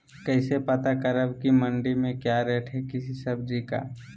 कैसे पता करब की मंडी में क्या रेट है किसी सब्जी का?